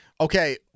Okay